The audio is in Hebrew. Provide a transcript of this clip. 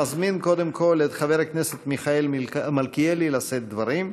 ומזמין קודם כול את חבר הכנסת מיכאל מלכיאלי לשאת דברים.